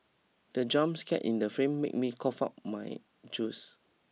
the jump scare in the film made me cough out my juice